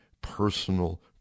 personal